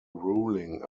ruling